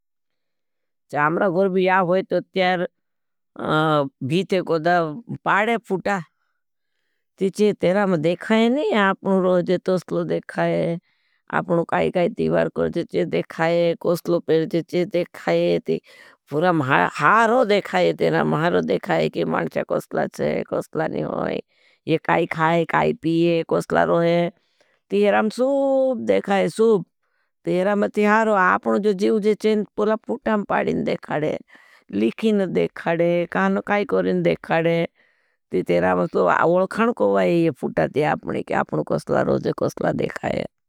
हमरा गोर्बी या होई तो त्यार भी ते कोड़ा पाड़े पुटा। ती चे तेरा में देखाये नहीं, आपनों रोह जे कोसलों देखाये, आपनों काई काई तीवार कर जे चे देखाये, कोसलों पेट जे चे देखाये। पुरा महारों देखाये, तेरा महारों देखाये कि माणचे कोसला चे, कोसला नहीं होई, ये काई खाये, काई पीए, कोसला रोहे। ती तेरा में सूब देखाये, सूब, ती तेरा में तीहारों, आपनों जो जीव जे चे पुरा पुटां पाड़े देखाए। लिखिन देखाए, कहान काई कोरिं देखाए, ती तेरा में सूब वल्खन को वाई ये पुटां ती आपनी, कि आपनों कोसला रोहे, कोसला देखाए।